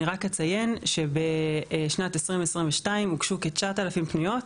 אני רק אציין שבשנת 2022 הוגשו כ-9,000 פניות,